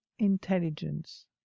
intelligence